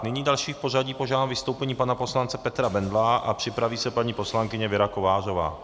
Nyní další v pořadí, požádám o vystoupení pana poslance Petra Bendla a připraví se paní poslankyně Věra Kovářová.